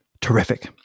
Terrific